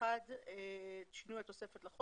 שינוי התוספת1.